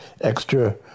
extra